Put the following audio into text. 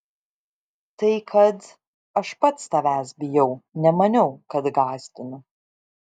tai kad aš pats tavęs bijau nemaniau kad gąsdinu